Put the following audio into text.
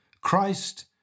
Christ